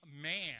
man